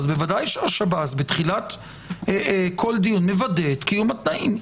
בוודאי ששב"ס בתחילת כל דיון מוודא את קיום התנאים.